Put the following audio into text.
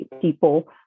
people